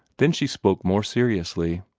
then she spoke more seriously.